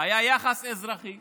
היה יחס אזרחי